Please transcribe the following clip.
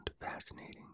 fascinating